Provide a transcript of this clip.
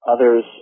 Others